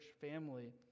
family